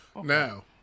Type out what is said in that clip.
Now